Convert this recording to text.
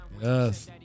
Yes